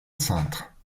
cintre